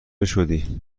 شدی